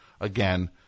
Again